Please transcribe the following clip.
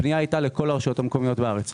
אבל הפנייה הייתה לכל הרשויות המקומיות בארץ.